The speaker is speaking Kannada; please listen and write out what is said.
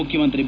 ಮುಖ್ಯಮಂತ್ರಿ ಬಿ